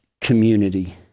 community